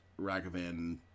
Ragavan